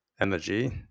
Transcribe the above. Energy